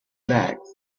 legs